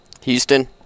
Houston